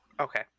Okay